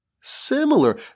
similar